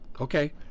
Okay